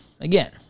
again